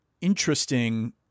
interesting